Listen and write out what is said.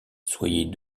soyez